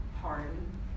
pardon